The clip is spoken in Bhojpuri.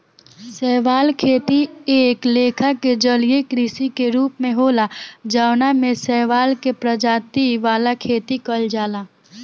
शैवाल खेती एक लेखा के जलीय कृषि के रूप होला जवना में शैवाल के प्रजाति वाला खेती कइल जाला